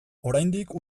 oraindik